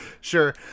Sure